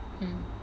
mm